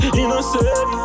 innocent